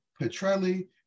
Petrelli